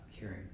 hearing